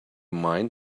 mind